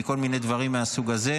מכל מיני דברים מהסוג הזה.